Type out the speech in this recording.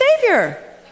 savior